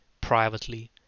privately